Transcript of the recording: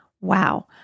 wow